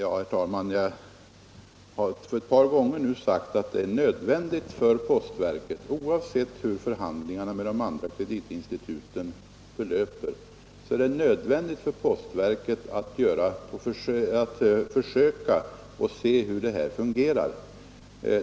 Herr talman! Jag har nu ett par gånger sagt att det är nödvändigt för postverket, oavsett hur förhandlingarna med de andra kreditinstituten går, att se hur det här med inlösen av checkar fungerar.